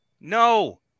No